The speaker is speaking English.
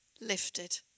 lifted